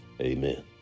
Amen